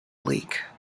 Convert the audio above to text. bleak